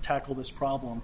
tackle this problem